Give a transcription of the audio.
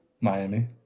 Miami